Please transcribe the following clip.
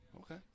Okay